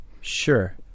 Sure